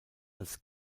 als